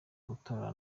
gutora